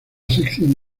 sección